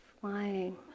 flying